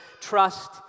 trust